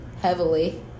Heavily